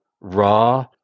raw